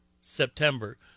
September